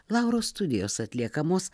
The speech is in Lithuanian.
lauros studijos atliekamos